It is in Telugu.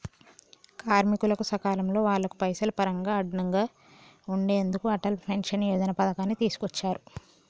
కార్మికులకు సకాలంలో వాళ్లకు పైసలు పరంగా అండగా ఉండెందుకు అటల్ పెన్షన్ యోజన పథకాన్ని తీసుకొచ్చారు